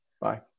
Bye